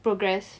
progress